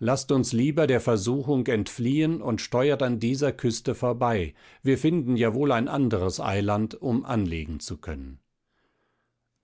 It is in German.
laßt uns lieber der versuchung entfliehen und steuert an dieser küste vorbei wir finden ja wohl ein anderes eiland um anlegen zu können